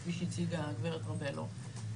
כפי שהציגה גברת ראבלו.